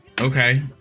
Okay